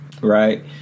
Right